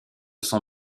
son